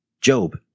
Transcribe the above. Job